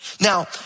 Now